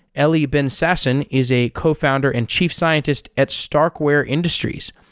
ellie ben-sasson is a cofounder and chief scientist at starkware industries,